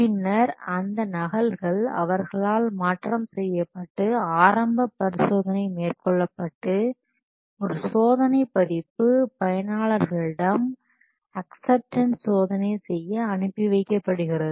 பின்னர் அந்த நகல்கள் அவர்களால் மாற்றம் செய்யப்பட்டு ஆரம்ப பரிசோதனை மேற்கொள்ளப்பட்டு ஒரு சோதனை பதிப்பு பயனாளர்களிடம் அக்சப்ஸ்டன்ஸ் சோதனை செய்ய அனுப்பி வைக்கப்படுகிறது